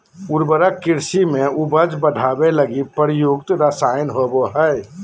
उर्वरक कृषि में उपज बढ़ावे लगी प्रयुक्त रसायन होबो हइ